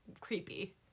creepy